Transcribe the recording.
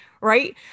right